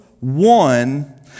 one